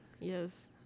Yes